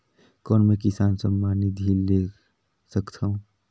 कौन मै किसान सम्मान निधि ले सकथौं?